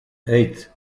eight